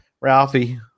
ralphie